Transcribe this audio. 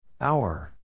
Hour